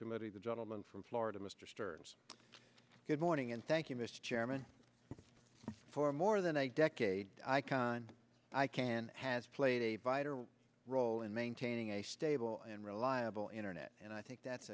committee the gentleman from florida mr stearns good morning and thank you mr chairman for more than a decade icon icann has played a vital role in maintaining a stable and reliable internet and i think that's